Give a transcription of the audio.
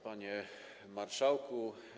Panie Marszałku!